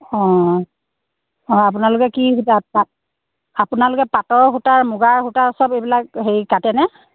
অ' অ' আপোনালোকে কি আপোনালোকে পাটৰ সূতাৰ মুগাৰ সূতাৰ চব এইবিলাক হেৰি কাটেনে